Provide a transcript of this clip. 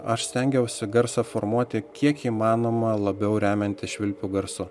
aš stengiausi garsą formuoti kiek įmanoma labiau remiantis švilpių garsu